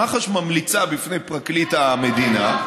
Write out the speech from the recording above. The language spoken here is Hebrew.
מח"ש ממליצה בפני פרקליט המדינה,